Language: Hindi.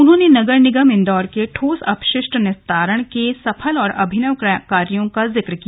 उन्होंने नगर निगम इंदौर के ठोस अपशिष्ट निस्तारण के सफल और अभिनव कार्यों का जिक्र किया